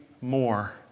more